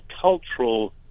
cultural